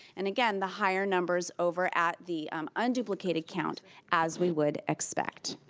and again, the higher numbers over at the unduplicated count as we would expect.